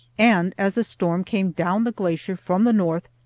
and as the storm came down the glacier from the north,